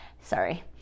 Sorry